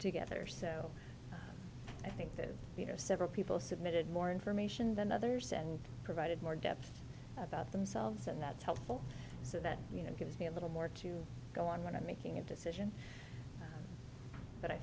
together so i think that you know several people submitted more information than others and provided more depth about themselves and that's helpful so that you know gives me a little more to go i'm going to making a decision but i